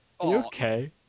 okay